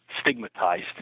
stigmatized